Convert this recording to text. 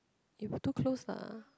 if too close lah